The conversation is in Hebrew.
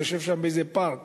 יושב שם באיזה פארק